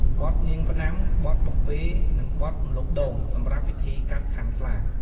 បទនាងផ្ដាំ បទបំពេរនិងបទម្លប់ដូង សម្រាប់ពិធីកាត់ខាន់ស្លា ។